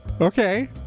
Okay